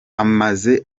amaze